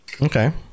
okay